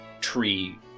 tree